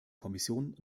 kommission